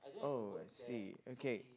oh I see okay